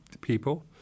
people